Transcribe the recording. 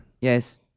Yes